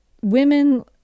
women